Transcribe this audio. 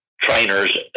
Trainers